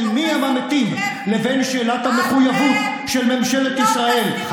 מיהם המתים לבין שאלת המחויבות של ממשלת ישראל,